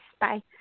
bye